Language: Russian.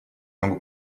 могу